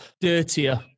dirtier